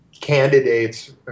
candidates